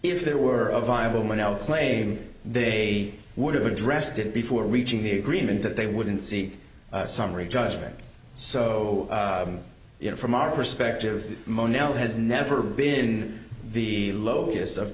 if there were a viable monella claim they would have addressed it before reaching the agreement that they wouldn't seek summary judgment so you know from our perspective mono has never been the locus of